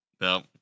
No